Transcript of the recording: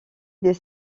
des